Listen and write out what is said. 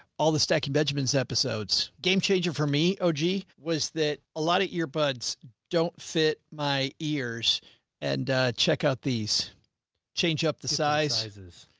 all the stacking benjamins episodes game changer for me. oh, gee. was that a lot of earbuds don't fit my ears and check out these change up the size.